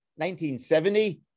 1970